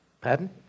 Pardon